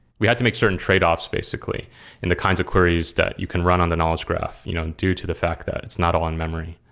we had to make certain tradeoffs basically in the kinds of queries that you can run on the knowledge graph you know and due to the fact that it's not on memory.